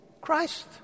Christ